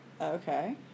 Okay